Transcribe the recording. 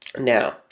Now